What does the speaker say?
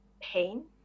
pain